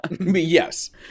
yes